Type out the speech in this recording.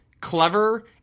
clever